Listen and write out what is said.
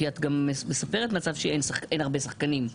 כי את מספרת על מצב שאין הרבה שחקנים.